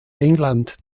england